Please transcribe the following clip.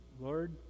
lord